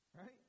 right